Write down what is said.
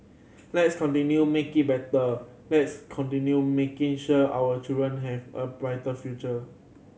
let's continue making it better let's continue making sure our children have a bright future